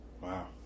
Wow